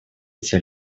эти